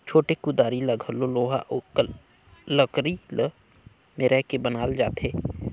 छोटे कुदारी ल घलो लोहा अउ लकरी ल मेराए के बनाल जाथे